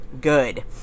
good